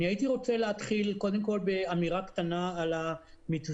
הייתי רוצה להתחיל קודם כל באמירה קטנה על המתווים